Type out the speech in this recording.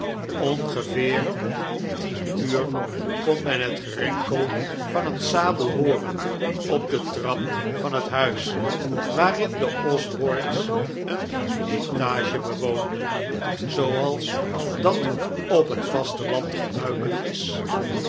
ongeveer om tien uur kon men het gerinkel van een sabel hooren op de trap van het huis waarin de osbornes een etage bewoonden zooals dat op het vasteland gebruikelijk is